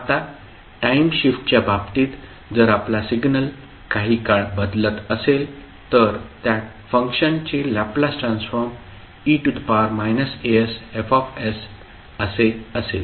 आता टाइम शिफ्टच्या बाबतीत जर आपला सिग्नल काही काळ बदलत असेल तर त्या फंक्शनचे लॅपलास ट्रान्सफॉर्म e asF असे असेल